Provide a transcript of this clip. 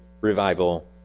revival